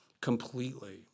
completely